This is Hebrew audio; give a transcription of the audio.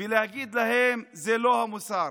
ולהגיד להן: זה לא המוסר,